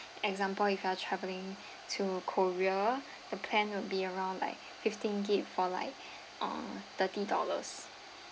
example if you are travelling to korea the plan will be around like fifteen gigabytes for like um thirty dollars